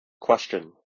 Question